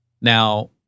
Now